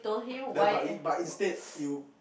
no but in but instead you